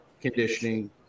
conditioning